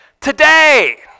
today